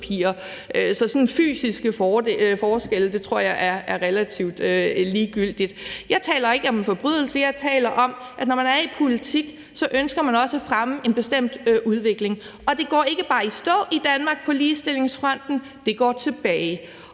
Sådanne fysiske forskelle tror jeg er relativt ligegyldigt. Jeg taler ikke om en forbrydelse; jeg taler om, at når man er i politik, ønsker man også at fremme en bestemt udvikling. Det går ikke bare i stå i Danmark på ligestillingsfronten, det går tilbage.